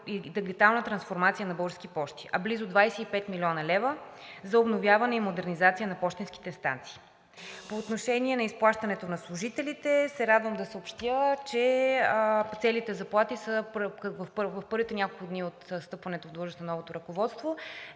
дигитална трансформация на „Български пощи“, а близо 25 млн. лв. – за обновяване и модернизация на пощенските станции. По отношение изплащането на заплатите на служителите се радвам да съобщя, че целите заплати в първите няколко дни от встъпването в длъжност на новото ръководство